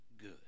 good